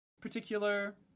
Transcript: particular